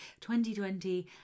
2020